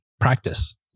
practice